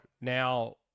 now